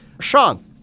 Sean